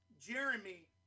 Jeremy